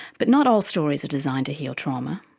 but not all stories are designed to heal trauma.